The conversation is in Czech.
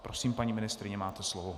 Prosím, paní ministryně, máte slovo.